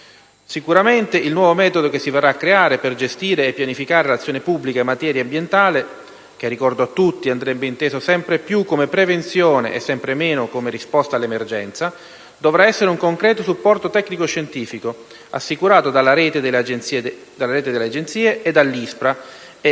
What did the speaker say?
Sicuramente, il nuovo metodo che si verrà a creare per gestire e pianificare l'azione pubblica in materia ambientale - che, ricordo a tutti, andrebbe inteso sempre più come prevenzione e sempre meno come risposta alla emergenza - dovrà essere un concreto supporto tecnico-scientifico, assicurato dalla rete delle Agenzie e dall'ISPRA,